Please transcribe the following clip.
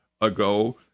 ago